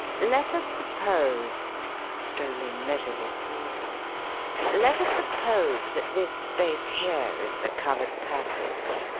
let us suppose strolling leisurely forward let us suppose that this space here is the covered passage,